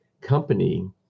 company